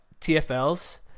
TFLs